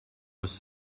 was